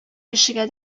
кешегә